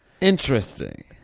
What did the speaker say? Interesting